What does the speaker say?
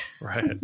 Right